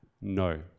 No